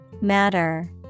Matter